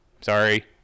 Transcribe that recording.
Sorry